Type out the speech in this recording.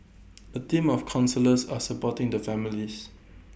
A team of counsellors are supporting the families